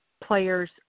players